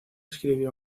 escribió